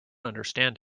understand